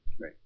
Right